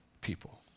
people